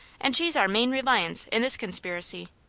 and she's our main reliance in this conspiracy.